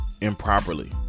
improperly